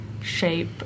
shape